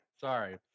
Sorry